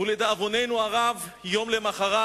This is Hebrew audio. ולדאבוננו הרב יום למחרת